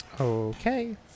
okay